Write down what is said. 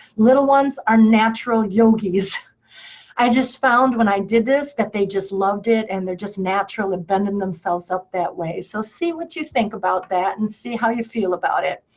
little ones are natural yogis. i just found when i did this, that they just loved it, and they're just natural at bending themselves up that way. so see what you think about that, and see how you feel about it.